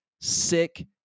Sick